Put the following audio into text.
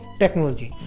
technology